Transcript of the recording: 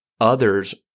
others